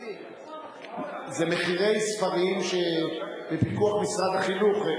זה מחירי ספרים שבפיקוח משרד החינוך.